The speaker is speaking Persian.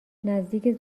نزدیک